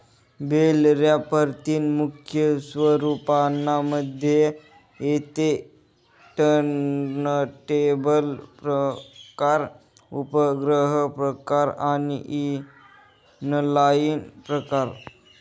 bell wrapper तीन मुख्य स्वरूपांना मध्ये येते टर्नटेबल प्रकार, उपग्रह प्रकार आणि इनलाईन प्रकार